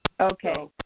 Okay